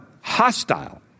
hostile